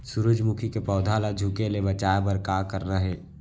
सूरजमुखी के पौधा ला झुके ले बचाए बर का करना हे?